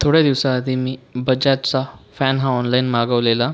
थोड्या दिवसाआधी मी बजाजचा फॅन हा ऑनलाईन मागवलेला